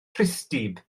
rhithdyb